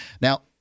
Now